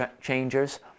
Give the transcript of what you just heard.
changers